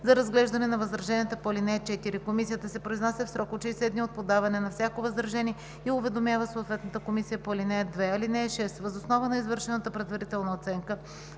за разглеждане на възраженията по ал. 4. Комисията се произнася в срок от 60 дни от подаване на всяко възражение и уведомява съответната комисия по ал. 2. (6) Въз основа на извършената предварителна оценка,